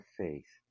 faith